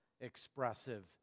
expressive